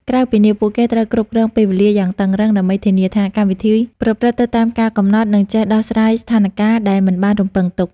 ក្រៅពីនេះ ពួកគេត្រូវគ្រប់គ្រងពេលវេលាយ៉ាងតឹងរ៉ឹង ដើម្បីធានាថាកម្មវិធីប្រព្រឹត្តទៅតាមការកំណត់ និងចេះដោះស្រាយស្ថានការណ៍ដែលមិនបានរំពឹងទុក។